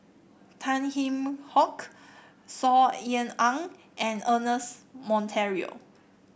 Tan Kheam Hock Saw Ean Ang and Ernest Monteiro